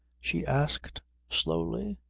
she asked slowly.